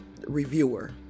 reviewer